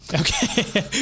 Okay